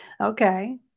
Okay